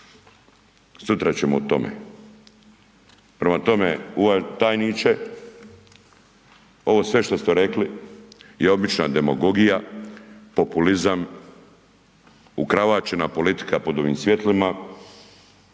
sutra ćemo o tome. Prema tome, uvaženi tajniče, ovo sve što ste rekli je obična demagogija, populizam, ukravačena politika pod ovim svjetlima,